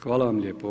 Hvala vam lijepo.